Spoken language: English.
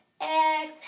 Exhale